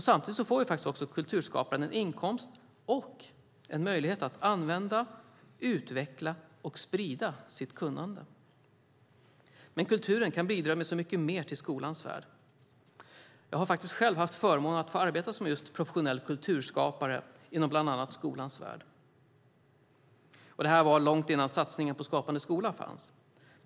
Samtidigt får också kulturskaparen en inkomst och en möjlighet att använda, utveckla och sprida sitt kunnande. Men kulturen kan bidra med så mycket mer till skolans värld. Jag har faktiskt själv haft förmånen att få arbeta som just professionell kulturskapare inom bland annat skolans värld. Det var långt innan satsningen på Skapande skola fanns.